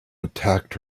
attacked